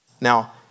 Now